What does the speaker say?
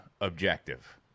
objective